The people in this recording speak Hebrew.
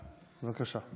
בבקשה.